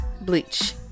bleach